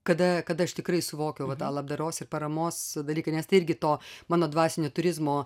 kada kada aš tikrai suvokiau va tą labdaros ir paramos dalyką nes tai irgi to mano dvasinio turizmo